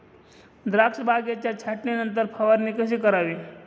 द्राक्ष बागेच्या छाटणीनंतर फवारणी कशी करावी?